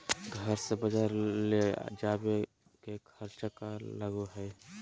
घर से बजार ले जावे के खर्चा कर लगो है?